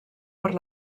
per